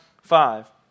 Five